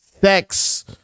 sex